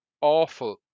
awful